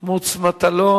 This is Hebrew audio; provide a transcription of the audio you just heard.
לחללי מערכות ישראל (תיקון מס' 5),